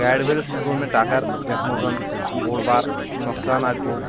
گاڑِ وٲلِس سۭتۍ گوو مےٚ ٹَکَر یَتھ منٛز زَن بوٚڈ بار نۄقصان اَکھ گوو